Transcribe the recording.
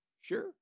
Sure